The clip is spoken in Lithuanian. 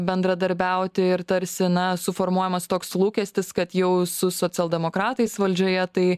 bendradarbiauti ir tarsi na suformuojamas toks lūkestis kad jau su socialdemokratais valdžioje tai